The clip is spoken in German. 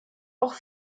auch